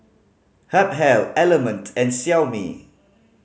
Habhal Element and Xiaomi